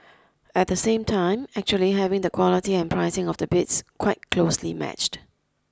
at the same time actually having the quality and pricing of the bids quite closely matched